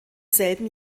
selben